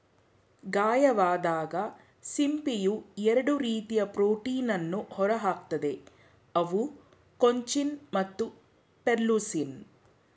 ಗಾಯವಾದಾಗ ಸಿಂಪಿಯು ಎರಡು ರೀತಿಯ ಪ್ರೋಟೀನನ್ನು ಹೊರಹಾಕ್ತದೆ ಅವು ಕೊಂಚಿನ್ ಮತ್ತು ಪೆರ್ಲುಸಿನ್